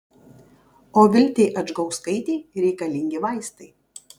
o viltei adžgauskaitei reikalingi vaistai